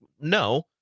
no